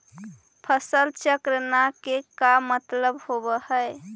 फसल चक्र न के का मतलब होब है?